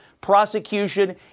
prosecution